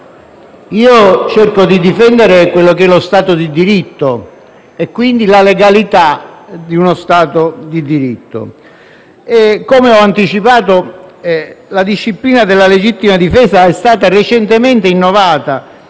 Io cerco di difendere lo Stato di diritto, quindi la legalità di uno Stato di diritto. Come ho anticipato, la disciplina della legittima difesa è stata recentemente innovata,